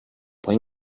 poi